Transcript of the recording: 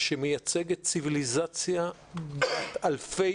שמייצגת ציוויליזציה אלפי